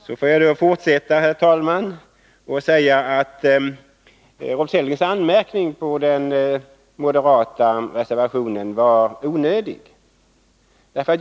Herr talman! Jag får fortsätta med att säga att Rolf Sellgrens anmärkning mot den moderata reservationen var onödig.